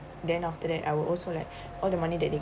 then after that I will also like all the money that they